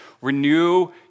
renew